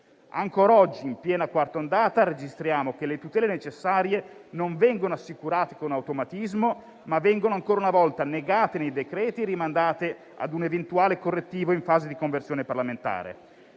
Ancora oggi, nel pieno della quarta andata dell'epidemia, registriamo che le tutele necessarie non vengono assicurate con automatismo, ma vengono ancora una volta negate nei decreti e rimandate a un eventuale correttivo in fase di conversione parlamentare.